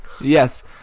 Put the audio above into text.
Yes